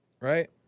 right